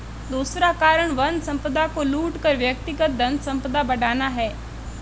दूसरा कारण वन संपदा को लूट कर व्यक्तिगत धनसंपदा बढ़ाना है